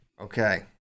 okay